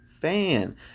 fan